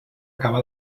acaba